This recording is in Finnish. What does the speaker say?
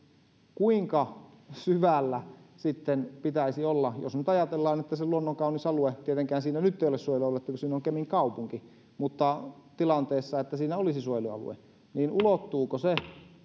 kuinka syvällä sitten pitäisi olla jos nyt ajatellaan että se luonnonkaunis alue siinä olisi luonnonsuojelualue tietenkään siinä nyt ei ole suojelualuetta kun siinä on kemin kaupunki mutta tilanteessa jossa siinä olisi suojelualue ja ulottuuko se